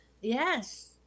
Yes